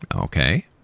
Okay